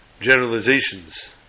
generalizations